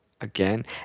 Again